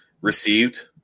received